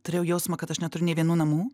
turėjau jausmą kad aš neturiu nė vienų namų